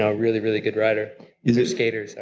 ah really, really good rider skater, so